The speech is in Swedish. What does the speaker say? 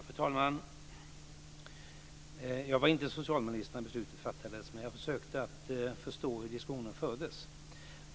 Fru talman! Jag var inte socialminister när beslutet fattades, men jag försökte förstå hur diskussionen fördes.